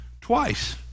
twice